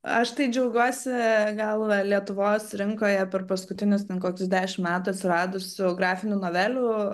aš tai džiaugiuosi gal lietuvos rinkoje per paskutinius ten kokius dešimt metų atsiradusių grafinių novelių